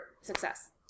success